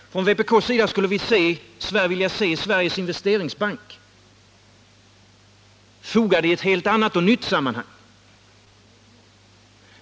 Från vpk:s sida skulle vi vilja se Sveriges Investeringsbank infogad i ett helt annat och nytt sammanhang.